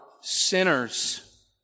sinners